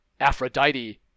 Aphrodite